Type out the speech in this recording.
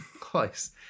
close